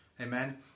Amen